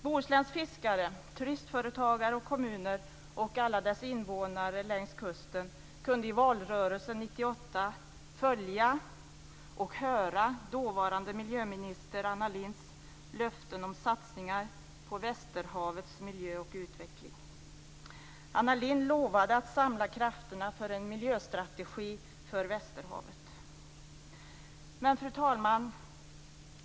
Bohusläns fiskare, turistföretagare, kommuner och alla invånare längs kusten kunde i valrörelsen 1998 följa och höra dåvarande miljöminister Anna Lindhs löften om satsningar på västerhavets miljö och utveckling. Anna Lindh lovade att samla krafterna för en miljöstrategi för västerhavet. Fru talman!